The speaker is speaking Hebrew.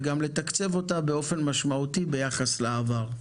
וגם לתקצב אותה באופן משמעותי ביחס לעבר.